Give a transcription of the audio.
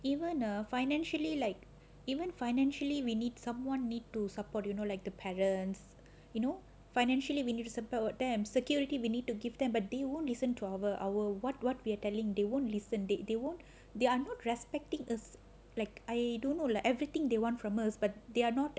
even err financially like even financially we need someone need to support you know like the parents you know financially to support them security we need to give them but then they won't listen to our our what what we're telling they won't listen they they won't they are not respecting us like I don't know lah like everything they want from us but they are not